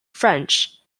french